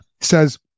says